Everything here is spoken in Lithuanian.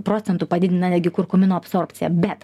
procentų padidina netgi kurkumino absorbciją bet